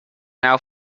now